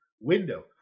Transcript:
window